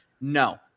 No